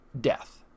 death